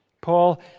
Paul